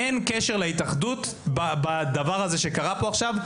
שאין קשר להתאחדות בדבר הזה שקרה פה עכשיו.